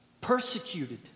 Persecuted